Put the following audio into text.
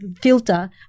filter